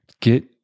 Get